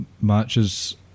matches